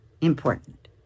important